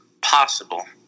possible